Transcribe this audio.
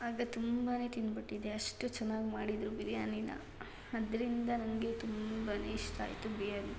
ಆಗ ತುಂಬಾ ತಿಂದ್ಬಿಟ್ಟಿದ್ದೆ ಅಷ್ಟು ಚೆನ್ನಾಗಿ ಮಾಡಿದ್ದರು ಬಿರ್ಯಾನಿನ ಆದ್ರಿಂದ ನನಗೆ ತುಂಬ ಇಷ್ಟ ಆಯಿತು ಬಿರ್ಯಾನಿ